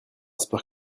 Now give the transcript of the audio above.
sport